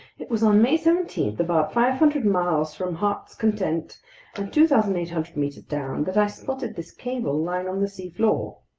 it was on may seventeen, about five hundred miles from heart's content and two thousand eight hundred meters down, that i spotted this cable lying on the seafloor.